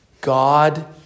God